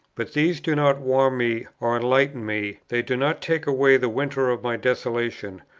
but these do not warm me or enlighten me they do not take away the winter of my desolation,